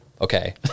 okay